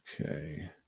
Okay